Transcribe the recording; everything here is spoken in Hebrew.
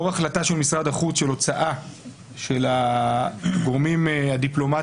בשל החלטה של משרד החוץ של הוצאה של הגורמים הדיפלומטיים